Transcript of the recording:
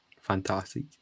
Fantastic